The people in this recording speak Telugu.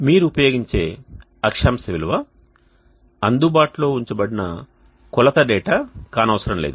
మీరు ఉపయోగించే అక్షాంశ విలువ అందుబాటులో ఉంచబడినది కొలత డేటా కానవసరం లేదు